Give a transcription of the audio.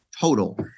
total